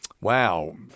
Wow